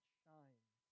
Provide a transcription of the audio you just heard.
shines